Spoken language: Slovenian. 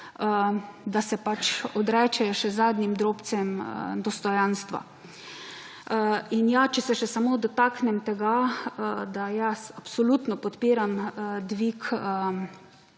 da se pač odrečejo še zadnjim drobcem dostojanstva. In če se dotaknem samo še tega, da jaz absolutno podpiram dvig